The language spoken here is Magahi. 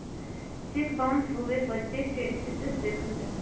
चेक बाउंस होबे पर चेक के स्टेटस देखल जा हइ